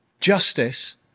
justice